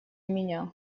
меня